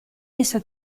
essa